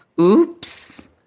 oops